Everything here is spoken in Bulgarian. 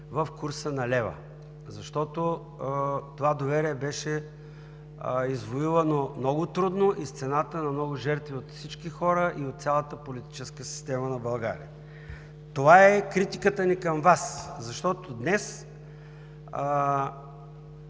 в курса на лева, защото това доверие беше извоювано много трудно и с цената на много жертви от всички хора и от цялата политическа система на България. Това е критиката ни към Вас, защото днес